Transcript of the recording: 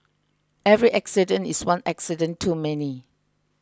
every accident is one accident too many